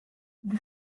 the